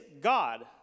God